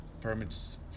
permits